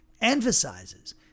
emphasizes